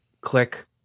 click